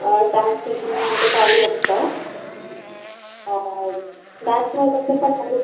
dance station हे आमचं चालू असतं डान्समध्ये तसं पण चालू